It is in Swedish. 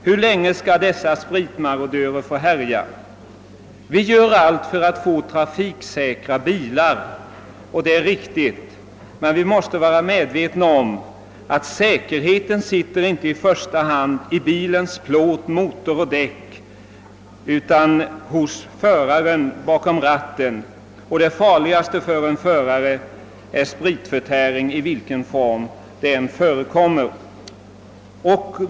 Hur länge skall dessa spritmarodörer få härja? Vi gör allt för att få trafiksäkra bilar, och det bör vi också göra. Men vi måste vara medvetna om att säkerheten inte i första hand sitter i bilens plåt, motor och däck utan hos föraren bakom ratten. Det farligaste för en förare är spritförtäring i vilken form den än förekommer.